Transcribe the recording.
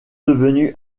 devenu